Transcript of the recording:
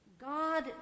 God